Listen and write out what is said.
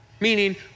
meaning